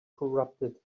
corrupted